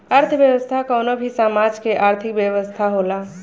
अर्थव्यवस्था कवनो भी समाज के आर्थिक व्यवस्था होला